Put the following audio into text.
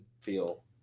feel